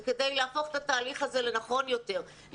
זה כדי להפוך את התהליך הזה לנכון יותר,